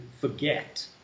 forget